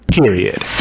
Period